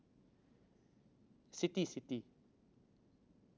city city